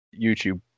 YouTube